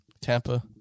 Tampa